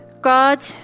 God